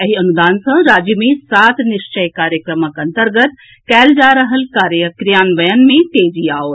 एहि अनुदान सॅ राज्य मे सात निश्चय कार्यक्रमक अंतर्गत कयल जा रहल कार्यक क्रियान्वयन मे तेजी आओत